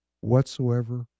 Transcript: Whatsoever